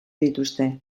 dituzte